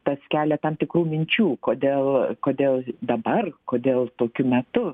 tas kelia tam tikrų minčių kodėl kodėl dabar kodėl tokiu metu